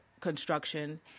construction